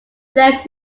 left